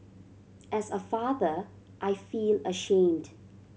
as a father I feel ashamed